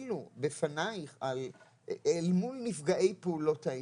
אפילו בפנייך אל מול נפגעי פעולות האיבה,